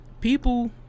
People